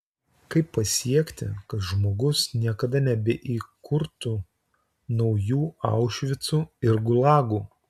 kaip pasiekti kad žmogus niekada nebeįkurtų naujų aušvicų ir gulagų